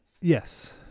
Yes